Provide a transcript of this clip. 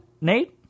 Nate